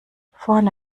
vorne